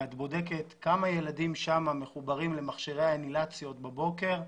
ואת בודקת כמה ילדים שם מחוברים למכשירי אינהלציות בבוקר,